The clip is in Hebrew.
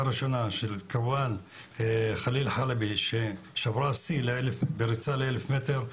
ראשונה של כרואן חלבי ששברה שיא בריצה לאלף מטר,